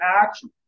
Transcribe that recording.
action